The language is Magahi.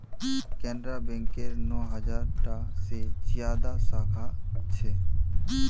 केनरा बैकेर नौ हज़ार टा से ज्यादा साखा छे